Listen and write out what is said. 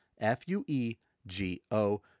F-U-E-G-O